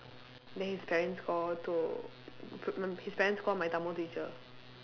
then his parents call to his parents call my Tamil teacher